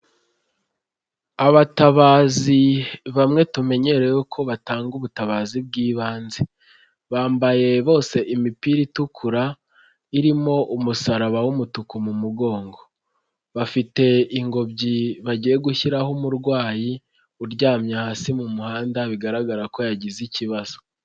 Abatabazi bamwe tumenyerewe ko batanga ubutabazi bw'ibanze, bambaye bose imipira itukura irimo umusaraba w'umutuku mu mugongo, bafite ingobyi bagiye gushyiraho umurwayi uryamye hasi mu muhanda bigaragara ko yagize ikibazo.